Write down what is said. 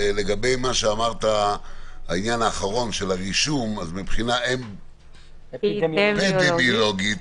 לגבי העניין של הרישום, מבחינה אפידמיולוגית